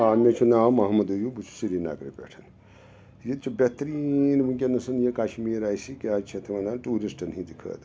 آ مےٚ چھُ ناو محمد عیوٗب بہٕ چھُس سرینَگرٕ پٮ۪ٹھ ییٚتہِ چھُ بہتریٖن ونکیٚنسن یہِ کَشمیٖر آسہِ کیاز چھِ اَتھ وَنان ٹوٗرِسٹن ہِنٛدِ خٲطرٕ